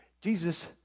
Jesus